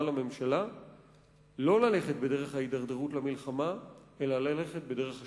לממשלה לא ללכת בדרך ההידרדרות למלחמה אלא ללכת בדרך השלום.